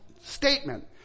statement